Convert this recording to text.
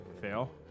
Fail